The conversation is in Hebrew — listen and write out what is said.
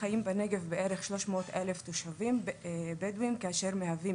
חיים בנגב בערך 300,000 תושבים בדואים אשר מהווים